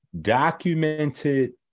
documented